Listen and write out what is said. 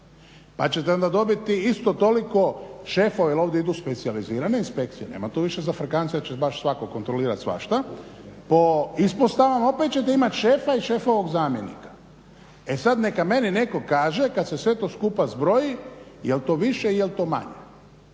Pa ćete onda dobiti isto toliko šefova jer ovdje idu specijalizirane inspekcije, nema tu više zafrkancije da će baš svatko kontrolirati svašta. Po ispostavama opet ćete imati šefa i šefovog zamjenika. E sad neka meni netko kaže kad se sve to skupa zbroji jel to više, jel to manje?